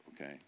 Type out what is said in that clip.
okay